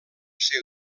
ser